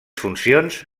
funcions